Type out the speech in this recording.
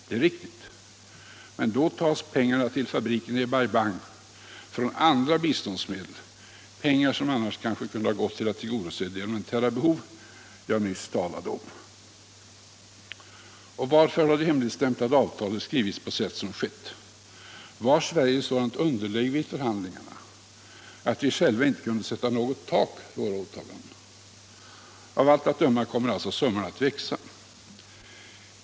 Det är riktigt, men då tas pengarna till fabrikerna i Bai Bang från andra biståndsmedel, pengar som annars kanske kunde ha gått till att tillgodose de elementära behov som jag nyss talade om. Och varför har det hemligstämplade avtalet skrivits på sätt som skett? Var Sverige i ett sådant underläge i förhandlingarna att vi själva inte kunde sätta något tak för våra åtaganden? Av allt att döma kommer alltså summorna att växa utöver förutsedda kostnadsstegringar.